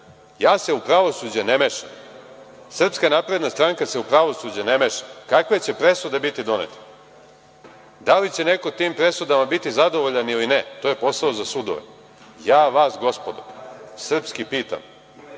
Ja se u pravosuđe ne mešam. Srpska napredna stranka se u pravosuđe ne meša, kakve će presude biti donete. Da li će neko tim presudama biti zadovoljan ili ne, to je posao za sudove. Ja vas, gospodo, srpski pitam